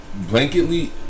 blanketly